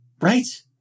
Right